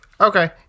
Okay